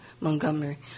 Montgomery